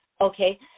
okay